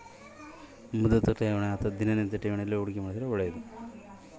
ಯಾವ ರೇತಿ ಹೂಡಿಕೆ ಮಾಡಿದ್ರೆ ಒಳ್ಳೆಯದು?